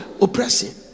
oppressing